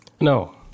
No